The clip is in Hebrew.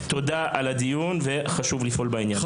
לכן תודה על הדיון וחשוב לפעול בעניין.